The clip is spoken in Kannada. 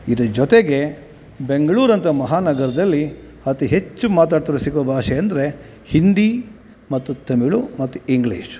ಇದ್ರ ಜೊತೆಗೆ ಬೆಂಗ್ಳೂರು ಅಂತ ಮಹಾನಗರದಲ್ಲಿ ಅತಿ ಹೆಚ್ಚು ಮಾತಾಡ್ತಿರೋ ಸಿಗೋ ಭಾಷೆ ಅಂದರೆ ಹಿಂದಿ ಮತ್ತು ತಮಿಳ್ ಮತ್ತು ಇಂಗ್ಲೀಷ್